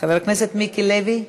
חבר הכנסת מיקי לוי.